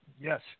yes